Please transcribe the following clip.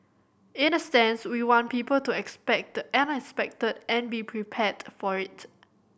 in a sense we want people to expect the unexpected and be prepared for it